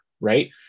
right